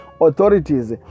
authorities